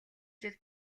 жил